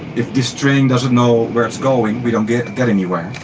if this train doesn't know where it's going, we don't get get anywhere.